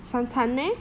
三餐 leh